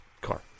car